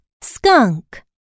skunk